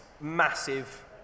massive